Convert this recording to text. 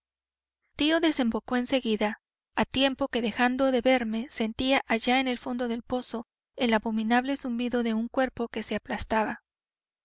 tío desembocó en seguida a tiempo que dejando de verme sentía allá en el fondo del pozo el abominable zumbido de un cuerpo que se aplastaba